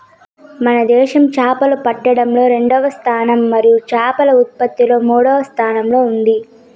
మన దేశం చేపలు పట్టడంలో రెండవ స్థానం మరియు చేపల ఉత్పత్తిలో మూడవ స్థానంలో ఉన్నాది